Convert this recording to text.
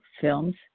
films